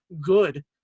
good